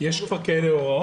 יש הוראות כאלה?